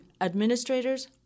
administrators –